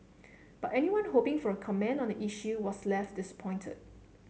but anyone hoping for a comment on the issue was left disappointed